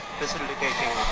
facilitating